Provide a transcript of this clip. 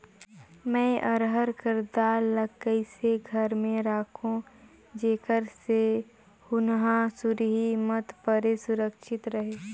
मैं अरहर कर दाल ला कइसे घर मे रखों जेकर से हुंआ सुरही मत परे सुरक्षित रहे?